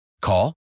Call